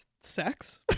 sex